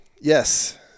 Yes